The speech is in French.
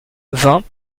vingt